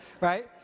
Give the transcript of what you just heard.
right